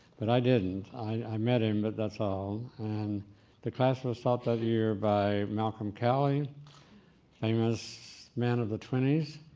but i didn't. i met him, but that's all. and the class was taught that year by malcolm cowley, a famous man of the twenty s,